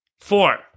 Four